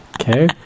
Okay